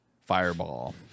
fireball